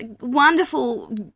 Wonderful